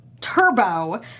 Turbo